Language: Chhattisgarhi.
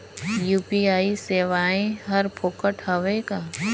यू.पी.आई सेवाएं हर फोकट हवय का?